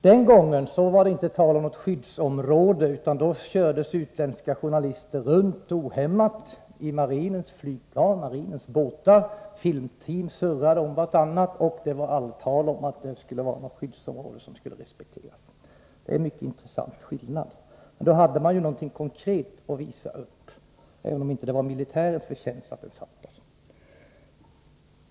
Den gången var det inte tal om något skyddsområde, utan då kördes utländska journalister runt ohämmat i marinens flygplan och båtar, och filmteam surrade. Det var aldrig tal om att något skyddsområde skulle respekteras. Det är en mycket intressant skillnad mellan läget den gången och i dag — men då hade man någonting konkret att visa upp, även om det inte var militärens förtjänst att ubåten låg där.